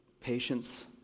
patience